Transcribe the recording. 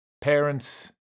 parents